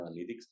analytics